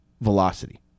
velocity